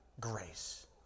grace